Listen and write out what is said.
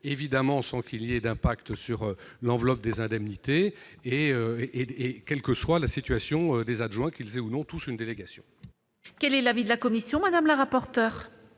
municipaux, sans qu'il y ait d'incidence sur l'enveloppe des indemnités, quelle que soit la situation des adjoints, qu'ils aient ou non tous une délégation. Quel est l'avis de la commission ? Le président